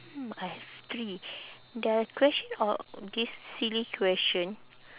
hmm I have three their question or this silly question